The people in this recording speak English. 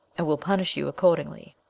and will punish you accordingly.